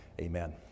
Amen